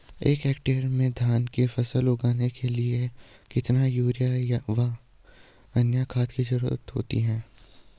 एक हेक्टेयर में धान की फसल उगाने के लिए कितना यूरिया व अन्य खाद की जरूरत होती है?